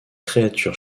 créature